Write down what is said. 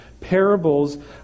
Parables